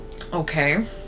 Okay